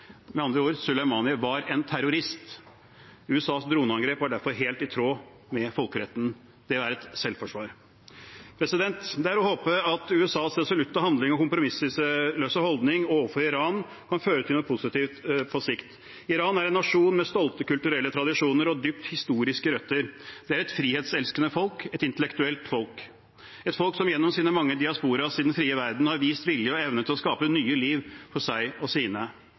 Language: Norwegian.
Med andre ord: Soleimani var en terrorist. USAs droneangrep var derfor helt i tråd med folkeretten. Det var et selvforsvar. Det er å håpe at USAs resolutte handling og kompromissløse holdning overfor Iran kan føre til noe positivt på sikt. Iran er en nasjon med stolte kulturelle tradisjoner og dypt historiske røtter. Det er et frihetselskende folk, et intellektuelt folk, et folk som gjennom sine mange diasporaer i den frie verden har vist vilje og evne til å skape nye liv for seg og sine.